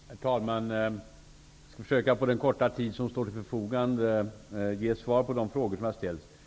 Herr talman! Jag skall på den korta tid som står till förfogande försöka ge svar på de frågor som ställdes till mig.